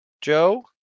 Joe